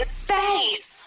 space